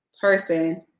person